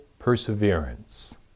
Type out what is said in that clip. perseverance